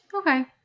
Okay